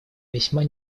весьма